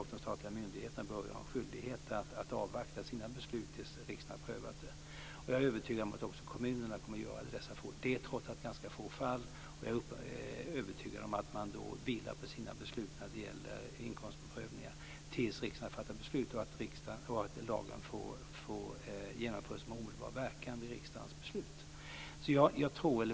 Och de statliga myndigheterna bör ha en skyldighet att avvakta sina beslut tills riksdagen har prövat detta. Jag är övertygad om att också kommunerna kommer att göra det. Det är trots allt ganska få fall, och jag är övertygad om att man då vilar på sina beslut när det gäller inkomstprövningar tills riksdagen har fattat beslut och att lagen får genomföras med omedelbar verkan vid riksdagens beslut.